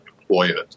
employment